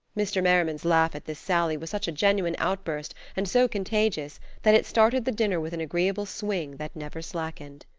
mr. merriman's laugh at this sally was such a genuine outburst and so contagious that it started the dinner with an agreeable swing that never slackened.